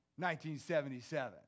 1977